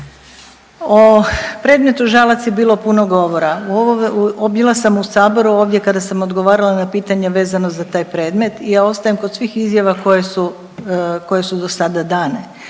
O predmetu Žalac je bilo puno govora, bila sam u saboru ovdje kada sam odgovarala na pitanja vezano za taj predmet i ja ostajem kod svih izjava koje su, koje su dosada dane.